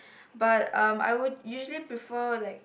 but um I would usually prefer like